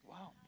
Wow